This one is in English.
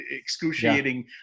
excruciating